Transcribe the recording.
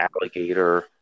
alligator